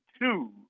two